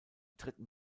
dritten